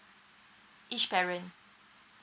each parent